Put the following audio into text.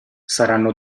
saranno